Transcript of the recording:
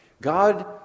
God